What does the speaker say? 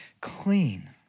clean